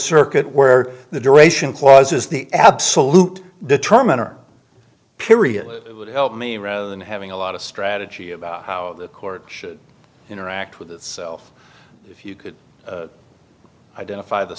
circuit where the duration clause is the absolute determiner period it would help me rather than having a lot of strategy about how the court should interact with itself if you could identify the